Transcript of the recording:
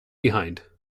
behind